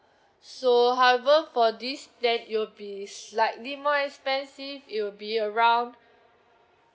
so however for this plan it will be slightly more expensive it will be around